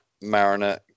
Mariner